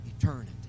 eternity